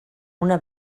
una